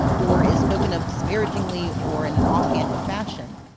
or is spoken of disparagingly, or in an offhanded fashion,